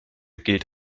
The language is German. gilt